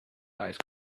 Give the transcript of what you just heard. ice